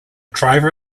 driver